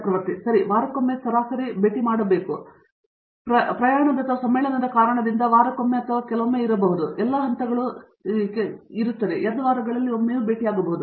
ಚಕ್ರವರ್ತಿ ಸರಿ ವಾರಕ್ಕೊಮ್ಮೆ ನಾನು ಸರಾಸರಿ ಮಾಡಿದ್ದೇನೆ ಮತ್ತು ಪ್ರಯಾಣದ ಮತ್ತು ಸಮ್ಮೇಳನಗಳ ಕಾರಣದಿಂದಾಗಿ ವಾರಕ್ಕೊಮ್ಮೆ ಅಥವಾ ಕೆಲವೊಮ್ಮೆ ಇರಬಹುದು ಮತ್ತು ಎಲ್ಲಾ ಹಂತಗಳು ಎರಡು ವಾರಗಳಲ್ಲಿ ಒಮ್ಮೆ ಹಾಗೆ ಇರಬಹುದು